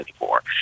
anymore